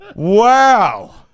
Wow